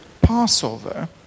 Passover